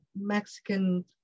Mexican